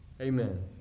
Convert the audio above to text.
Amen